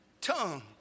tongue